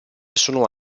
sono